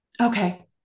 okay